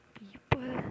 people